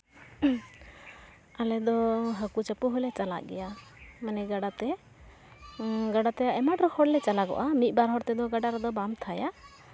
ᱦᱮᱸ ᱟᱞᱮᱫᱚ ᱦᱟᱹᱠᱩ ᱪᱟᱯᱚ ᱦᱚᱸᱞᱮ ᱪᱟᱞᱟᱜ ᱜᱮᱭᱟ ᱢᱟᱱᱮ ᱜᱟᱰᱟᱛᱮ ᱜᱟᱰᱟᱛᱮ ᱟᱭᱢᱟ ᱰᱷᱮᱨ ᱦᱚᱲᱞᱮ ᱪᱟᱞᱟᱜᱚᱜᱼᱟ ᱢᱤᱫ ᱵᱟᱨ ᱦᱚᱲ ᱛᱮᱫᱚ ᱜᱟᱰᱟ ᱨᱮᱫᱚ ᱵᱟᱢ ᱛᱷᱟᱭᱟ